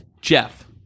Jeff